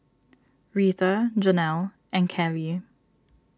Rheta Jonell and Callie